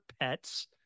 pets